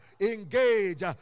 engage